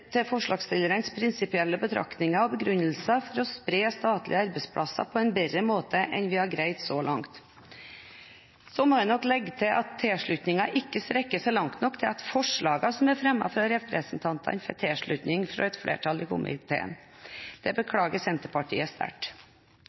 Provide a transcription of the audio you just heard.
til forslagsstillernes prinsipielle betraktninger og begrunnelser for å spre statlige arbeidsplasser på en bedre måte enn vi har greid så langt. Så må jeg nok legge til at tilslutningen ikke strekker seg langt nok til at forslaget som er fremmet av representantene, får tilslutning fra et flertall i komiteen. Det beklager Senterpartiet sterkt.